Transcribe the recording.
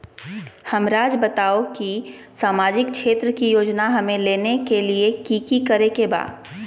हमराज़ बताओ कि सामाजिक क्षेत्र की योजनाएं हमें लेने के लिए कि कि करे के बा?